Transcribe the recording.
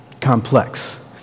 complex